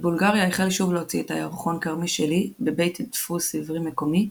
בבולגריה החל שוב להוציא את הירחון "כרמי שלי" בבית דפוס עברי מקומי,